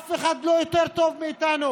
אף אחד לא יותר טוב מאיתנו,